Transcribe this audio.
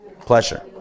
Pleasure